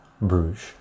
Bruges